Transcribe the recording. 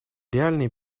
реальные